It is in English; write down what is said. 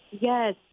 yes